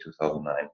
2009